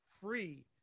free